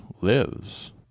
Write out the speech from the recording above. lives